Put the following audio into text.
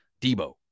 Debo